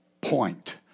point